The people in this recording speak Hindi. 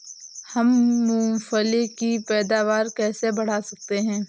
हम मूंगफली की पैदावार कैसे बढ़ा सकते हैं?